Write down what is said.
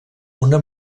una